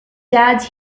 dad’s